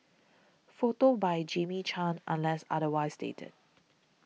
photos by Jamie Chan unless otherwise stated